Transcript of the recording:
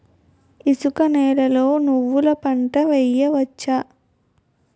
ఇసుక నేలలో నువ్వుల పంట వేయవచ్చా?